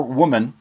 woman